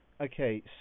okay